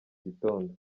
gitondo